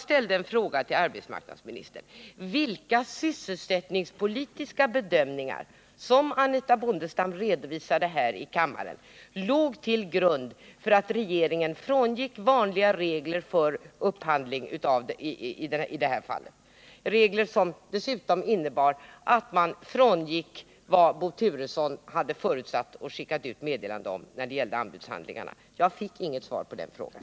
Jag frågade arbetsmarknadsministern vilka sysselsättningspolitiska bedömningar det var som Anitha Bondestam hänvisade till här i kammaren och som låg till grund för att regeringen frångick vanliga regler för upphandling i det här fallet, regler som dessutom innebar att man frångick vad Bo Turesson hade förutsatt och skickat ut meddelande om när det gällde anbudshandlingarna. Jag fick inget svar på den frågan.